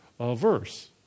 verse